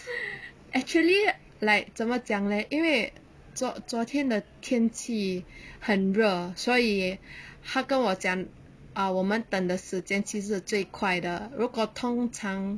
actually like 怎么讲 leh 因为昨昨天的天气很热所以她跟我讲 ah 我们等的时间其实最快的如果通常